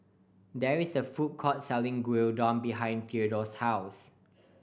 there is a food court selling Gyudon behind Theadore's house